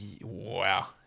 Wow